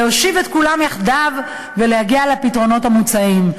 להושיב את כולם יחדיו ולהגיע לפתרונות המוצעים.